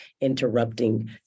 interrupting